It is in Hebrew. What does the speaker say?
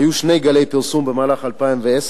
היו שני גלי פרסום במהלך 2010,